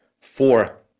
four